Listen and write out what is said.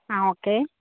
ആ ഓക്കെ